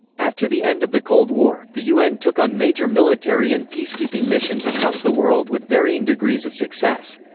after the end of the cold war, the un took on major military and peacekeeping missions across the world with varying degrees of success.